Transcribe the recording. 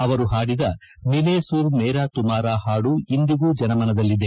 ಅವರು ಹಾಡಿದ ಮಿಲೇ ಸುರ್ ಮೇರಾ ತುಮ್ವಾರಾ ಹಾಡು ಇಂದಿಗೂ ಜನಮನದಲ್ಲಿದೆ